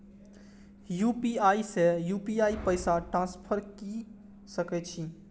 UPI से UPI पैसा transfer की सके छी?